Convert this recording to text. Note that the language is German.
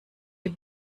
die